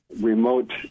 remote